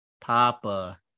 Papa